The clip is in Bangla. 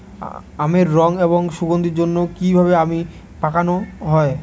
আমের রং এবং সুগন্ধির জন্য কি ভাবে আম পাকানো হয়?